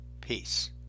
Peace